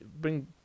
bring